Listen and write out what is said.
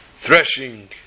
threshing